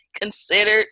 considered